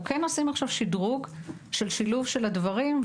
אנחנו כן עושים עכשיו שדרוג של שילוב של הדברים,